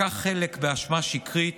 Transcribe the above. לקח חלק באשמה שקרית,